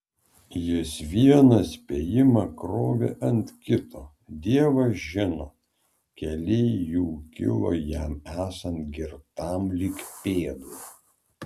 jis vieną spėjimą krovė ant kito dievas žino keli jų kilo jam esant girtam lyg pėdui